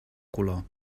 color